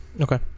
Okay